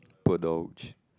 poor